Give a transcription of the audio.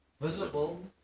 visible